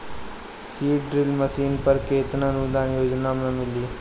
Seed drill machine पर केतना अनुदान योजना में मिली?